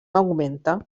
augmenta